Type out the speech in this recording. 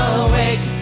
awake